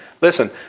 Listen